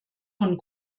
von